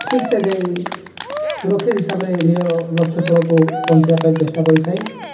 ଠିକ୍ସେ ଯାଇ ସୁରକ୍ଷିତ ହିସାବରେ ନିଜର ଲକ୍ଷ ସ୍ଥଳକୁ ପହଞ୍ଚିବା ପାଇଁ ଚେଷ୍ଟା କରିଥାଏ